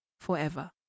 forever